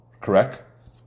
Correct